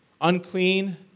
unclean